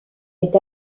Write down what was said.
est